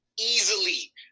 easily